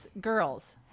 girls